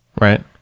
Right